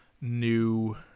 new